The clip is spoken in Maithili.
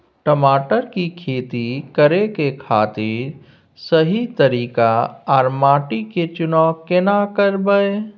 टमाटर की खेती करै के खातिर सही तरीका आर माटी के चुनाव केना करबै?